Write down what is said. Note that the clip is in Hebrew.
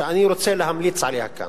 שאני רוצה להמליץ עליה כאן,